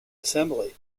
assembly